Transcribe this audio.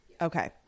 Okay